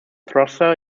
thruster